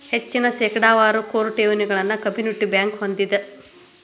ಹೆಚ್ಚಿನ ಶೇಕಡಾವಾರ ಕೋರ್ ಠೇವಣಿಗಳನ್ನ ಕಮ್ಯುನಿಟಿ ಬ್ಯಂಕ್ ಹೊಂದೆದ